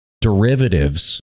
derivatives